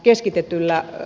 joo